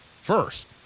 first